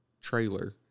trailer